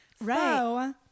Right